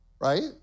right